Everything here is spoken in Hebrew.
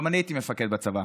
גם אני הייתי מפקד בצבא.